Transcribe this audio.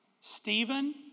Stephen